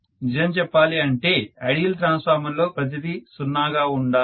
నిజం చెప్పాలి అంటే ఐడియల్ ట్రాన్స్ఫార్మర్ లో ప్రతిదీ 0 గా ఉండాలి